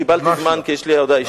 קיבלתי זמן, כי יש לי הודעה אישית.